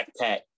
Backpack